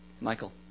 Michael